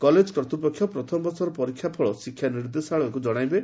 college କର୍ତ୍ତପକ୍ଷ ପ୍ରଥମ ବର୍ଷର ପରୀକ୍ଷା ଫଳ ଶିକ୍ଷା ନିର୍ଦ୍ଦେଶାଳୟକୁ ଜଶାଇବେ